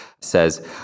says